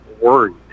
worried